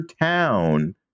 town